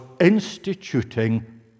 instituting